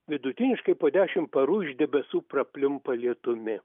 vidutiniškai po dešimt parų iš debesų prapliumpa lietumi